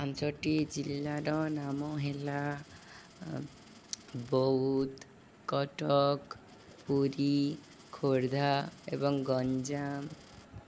ପାଞ୍ଚଟି ଜିଲ୍ଲାର ନାମ ହେଲା ବୌଦ୍ଧ କଟକ ପୁରୀ ଖୋର୍ଦ୍ଧା ଏବଂ ଗଞ୍ଜାମ